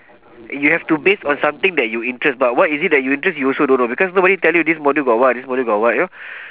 you have to base on something that you interest but what is it that you interest you also don't know because nobody tell you this module got what this module got what you know